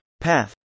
path